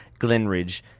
Glenridge